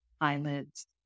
eyelids